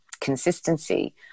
consistency